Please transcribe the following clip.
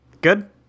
Good